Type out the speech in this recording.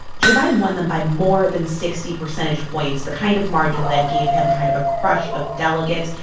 joe biden won them by more than sixty percentage points the kind of margin that gave him kind of a crush of delegates.